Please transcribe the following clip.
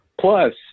Plus